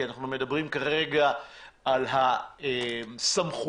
כי אנחנו מדברים כרגע על הסמכויות